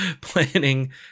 planning